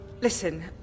Listen